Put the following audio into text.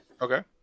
Okay